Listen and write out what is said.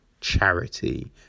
charity